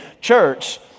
church